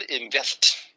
invest